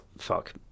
Fuck